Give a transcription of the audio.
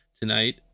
tonight